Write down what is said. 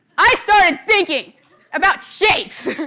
i started thinking about shapes!